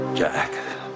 Jack